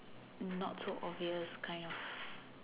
not so obvious kind of